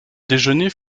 déjeuner